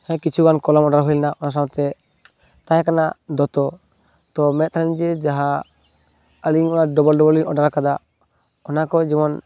ᱦᱮᱸ ᱠᱤᱪᱷᱩᱜᱟᱱ ᱠᱚᱞᱚᱢ ᱚᱰᱟᱨ ᱦᱩᱭ ᱞᱮᱱᱟ ᱚᱱᱟ ᱥᱟᱶᱛᱮ ᱛᱟᱦᱮᱸ ᱠᱟᱱᱟ ᱫᱚᱛᱚ ᱛᱚ ᱢᱮᱱᱮᱫ ᱛᱟᱦᱮᱱᱟᱧ ᱡᱮ ᱡᱟᱦᱟᱸ ᱟᱞᱤᱝ ᱚᱱᱟ ᱰᱚᱵᱚᱞ ᱰᱚᱵᱚᱞ ᱞᱤᱝ ᱚᱰᱟᱨ ᱠᱟᱫᱟ ᱚᱱᱟ ᱠᱚ ᱡᱮᱢᱚᱱ